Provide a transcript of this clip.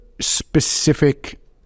specific